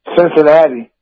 Cincinnati